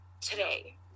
today